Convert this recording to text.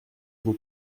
vous